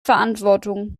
verantwortung